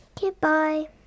Goodbye